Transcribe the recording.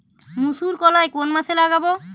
মুসুরকলাই কোন মাসে লাগাব?